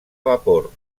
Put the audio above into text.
vapor